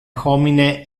homine